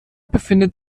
befindet